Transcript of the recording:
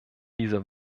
dieser